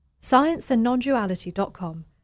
Scienceandnonduality.com